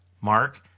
Mark